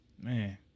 man